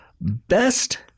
Best